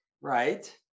right